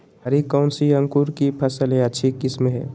हरी कौन सी अंकुर की फसल के अच्छी किस्म है?